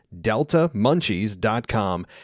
deltamunchies.com